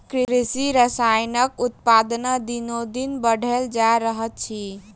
कृषि रसायनक उत्पादन दिनोदिन बढ़ले जा रहल अछि